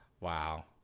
Wow